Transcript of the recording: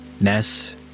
Ness